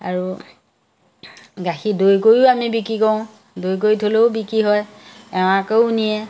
আৰু গাখীৰ দৈ কৰিও আমি বিক্ৰী কৰোঁ দৈ কৰি থ'লেও বিক্ৰী হয় এৱাকৈও নিয়ে